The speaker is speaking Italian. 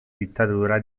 dittatura